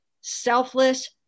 selfless